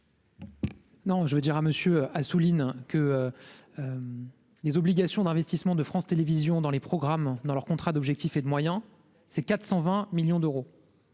Non, je veux dire à monsieur Assouline que les obligations d'investissement de France Télévisions dans les programmes dans leur contrat d'objectifs et de moyens, ces 420 millions d'euros